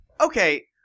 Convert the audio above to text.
Okay